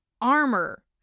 armor